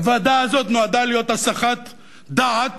הוועדה הזאת נועדה להיות הסחת דעת